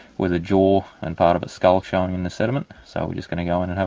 with a jaw and part of a skull shown in the sediment, so we're just going to go in and have